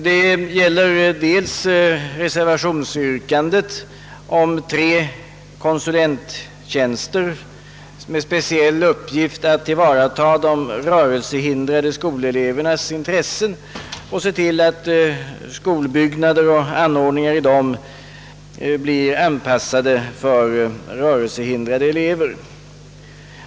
Den första gäller reservationsyrkandet om tre konsulenttjänster vilkas innehavare skulle ha till speciell uppgift att tillvarata de rörelsehindrade skolelevernas intressen och se till att skolbyggnader och anordningar i dem blir anpassade för rörelsehindrade elever.